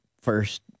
first